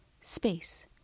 space